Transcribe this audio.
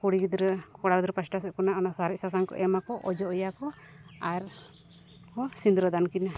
ᱠᱩᱲᱤ ᱜᱤᱫᱽᱨᱟᱹ ᱠᱚᱲᱟ ᱜᱤᱫᱽᱨᱟᱹ ᱯᱟᱦᱴᱟ ᱥᱮᱫ ᱠᱷᱚᱱᱟᱜ ᱚᱱᱟ ᱥᱟᱨᱮᱡ ᱥᱟᱥᱟᱝ ᱠᱚ ᱮᱢᱟᱠᱚ ᱚᱡᱚᱜ ᱟᱭᱟ ᱠᱚ ᱟᱨᱠᱚ ᱥᱤᱸᱫᱨᱟᱹᱫᱟᱱ ᱠᱤᱱᱟᱹ